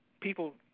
People